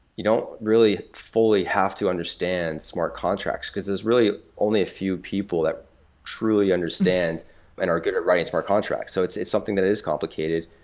you don't really fully have to understand smart contracts, because there's really only a few people that truly understand and are good at writing smart contracts. so it's it's something that is complicated.